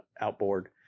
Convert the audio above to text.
outboard